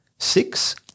Six